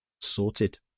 sorted